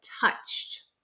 touched